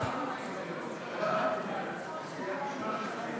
ההצעה להעביר את הצעת חוק שעות עבודה